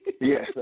Yes